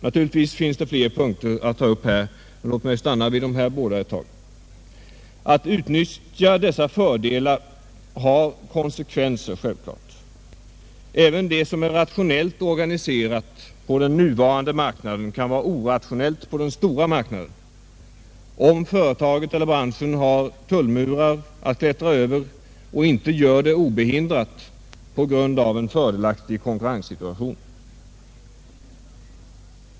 Naturligtvis finns det fler punkter att ta upp, men låt mig stanna vid dessa båda en stund. Att vi utnyttjar dessa fördelar har vissa konsekvenser. Även det som är rationellt organiserat på den nuvarande marknaden kan vara orationellt på den stora marknaden om företaget eller branschen har tullmurar att klättra över och inte kan göra det obehindrat på grund av en fördelaktig konkurrenssituation.